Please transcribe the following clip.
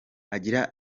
akigera